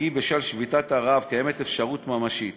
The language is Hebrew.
כי בשל שביתת הרעב קיימת אפשרות ממשית